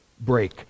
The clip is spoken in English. break